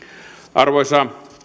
arvoisa